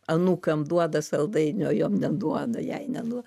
anūkam duoda saldainių o jom neduoda jai neduo